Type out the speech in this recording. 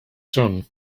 son